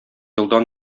елда